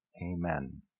Amen